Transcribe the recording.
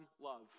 love